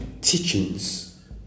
teachings